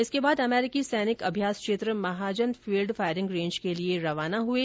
इसके बाद अमेरिकी सैनिक अभ्यास क्षेत्र महाजन फील्ड फायरिंग रेंज के लिए रवाना हुए